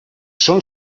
són